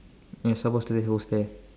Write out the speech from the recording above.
you're supposed to say who's there